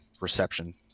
reception